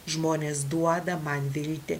žmonės duoda man viltį